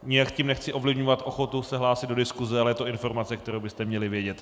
Nijak tím nechci ovlivňovat ochotu se hlásit do diskuse, ale je to informace, kterou byste měli vědět.